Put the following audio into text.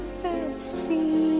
fancy